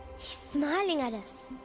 smiling at us!